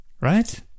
right